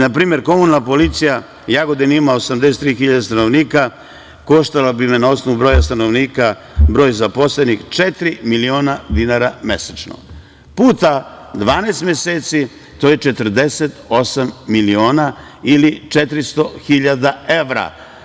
Na primer, komunalna policija, Jagodina ima 83 hiljada stanovnika, koštala bi me na osnovu broja stanovnika, broj zaposlenih, četiri miliona dinara mesečno, puta 12 meseci, to je 48 miliona ili 400 hiljada evra.